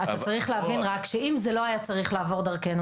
אתה צריך רק להבין שאם זה לא היה צריך לעבור דרכנו,